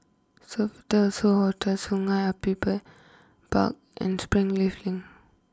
Sofitel So Hotel Sungei Api Park and Springleaf Link